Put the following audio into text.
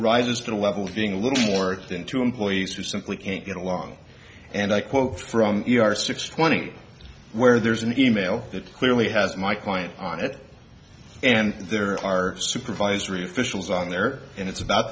rises to the level of being a little more than two employees who simply can't get along and i quote from our six twenty where there's an e mail that clearly has my client on it and there are supervisory officials on there and it's about